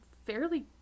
fairly